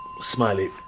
Smiley